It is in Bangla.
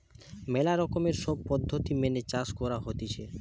ম্যালা রকমের সব পদ্ধতি মেনে চাষ করা হতিছে